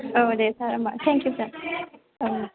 औ दे सार होनबा थेंक इउ सार औ